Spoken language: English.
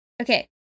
Okay